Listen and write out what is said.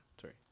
Sorry